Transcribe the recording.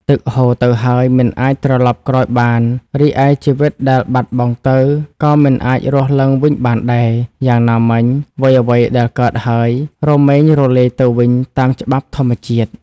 ទឹកហូរទៅហើយមិនអាចត្រឡប់ក្រោយបាន រីឯជីវិតដែលបាត់បង់ទៅ ក៏មិនអាចរស់ឡើងវិញបានដែរ យ៉ាងណាមិញ អ្វីៗដែលកើតហើយ រមែងរលាយទៅវិញតាមច្បាប់ធម្មជាតិ។